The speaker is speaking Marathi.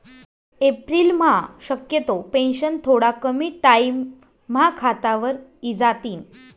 एप्रिलम्हा शक्यतो पेंशन थोडा कमी टाईमम्हा खातावर इजातीन